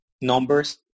numbers